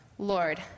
Lord